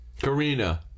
Karina